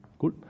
Cool